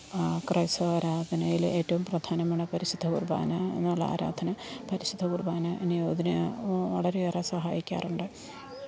ക്രൈസ്തവ ആരാധനയിൽ ഏറ്റവും പ്രധാനമാണ് പരിശുദ്ധ കുർബാനയെന്നുള്ള ആരാധന പരിശുദ്ധ കുർബാന എന്നെ അതിന് വളരെയേറെ സഹായിക്കാറുണ്ട്